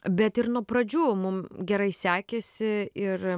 bet ir nuo pradžių mum gerai sekėsi ir